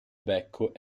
becco